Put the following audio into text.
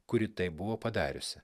kuri tai buvo padariusi